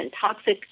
toxic